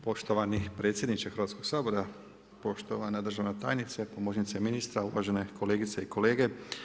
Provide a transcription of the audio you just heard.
Poštovani predsjedniče Hrvatskog sabora, poštovana državna tajnice, pomoćnice ministra, uvažene kolegice i kolege.